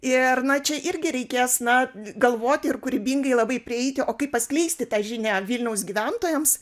ir na čia irgi reikės na galvoti ir kūrybingai labai prieiti o kaip paskleisti tą žinią vilniaus gyventojams